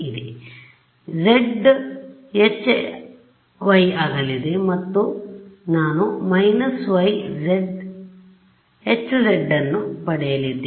ಆದ್ದರಿಂದ zˆ ವು Hy ಆಗಲಿದೆ ಮತ್ತು ನಾನು − yˆ Hz ನ್ನು ಪಡೆಯಲಿದ್ದೇನೆ